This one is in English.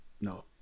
no